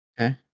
Okay